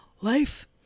life